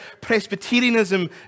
Presbyterianism